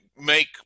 make